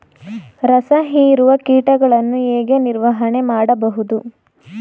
ರಸ ಹೀರುವ ಕೀಟಗಳನ್ನು ಹೇಗೆ ನಿರ್ವಹಣೆ ಮಾಡಬಹುದು?